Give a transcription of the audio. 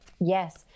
Yes